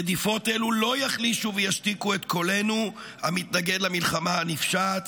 רדיפות אלו לא יחלישו וישתיקו את קולנו המתנגד למלחמה הנפשעת.